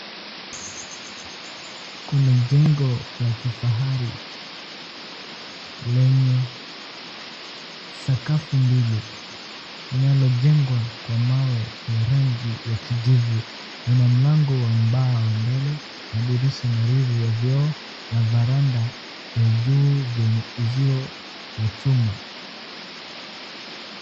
Kuna jengo la kifahari lenye sakafu mbili, linalojengwa kwa mawe ya rangi kijivu, lina mlango ambao mbele, madirisha marefu ya vyoo na varanda ya juu yenye uzio wa chuma.